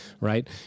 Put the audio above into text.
right